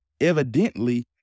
evidently